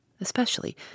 especially